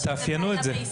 אז תעדכנו את זה.